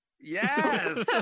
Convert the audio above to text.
Yes